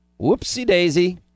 Whoopsie-daisy